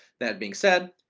that being said,